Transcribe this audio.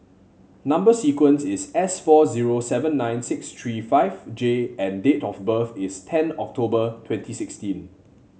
number sequence is S four zero seven nine six three five J and date of birth is ten October twenty sixteen